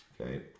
Okay